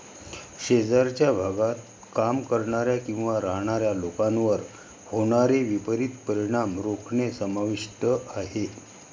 शेजारच्या भागात काम करणाऱ्या किंवा राहणाऱ्या लोकांवर होणारे विपरीत परिणाम रोखणे समाविष्ट आहे